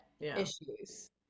issues